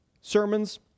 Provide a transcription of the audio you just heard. sermons